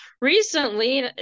recently